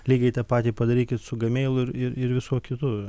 lygiai tą patį padarykit su gmeilu ir ir visuo kitu